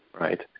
right